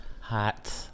Hot